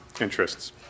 interests